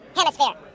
hemisphere